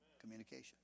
Communication